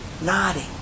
nodding